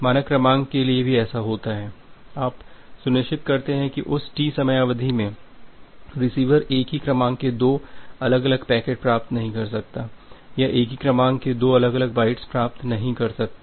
माना क्रमांक के लिए भी ऐसा होता है आप हमेशा सुनिश्चित करते हैं की उस टी समयावधि में रिसीवर एक ही क्रमांक के दो अलग अलग पैकेट प्राप्त नहीं कर सकता या एक ही क्रमांक के दो अलग अलग बाईट्स प्राप्त नहीं कर सकता